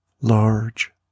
large